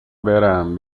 برم